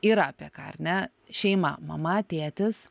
yra apie ką ar ne šeima mama tėtis